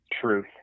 Truth